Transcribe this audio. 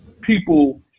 people